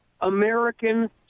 American